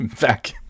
back